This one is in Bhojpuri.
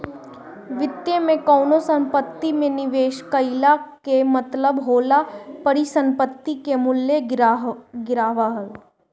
वित्त में कवनो संपत्ति में निवेश कईला कअ मतलब होला परिसंपत्ति के मूल्य गिरावल